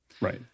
right